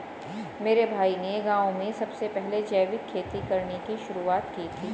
मेरे भाई ने गांव में सबसे पहले जैविक खेती करने की शुरुआत की थी